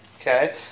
Okay